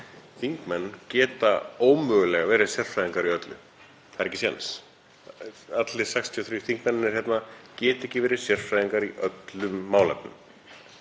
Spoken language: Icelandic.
Þingmenn geta ómögulega verið sérfræðingar í öllu. Það er ekki séns. Allir 63 þingmennirnir hérna geta ekki verið sérfræðingar í öllum málefnum.